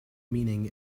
meaning